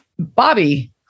Bobby